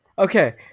okay